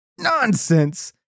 nonsense